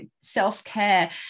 self-care